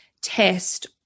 test